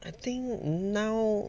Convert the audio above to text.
I think now